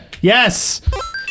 Yes